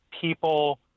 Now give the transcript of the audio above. people